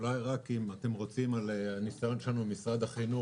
אולי רק אם אתם רוצים נדבר על הניסיון שלנו עם משרד החינוך.